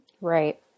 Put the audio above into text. Right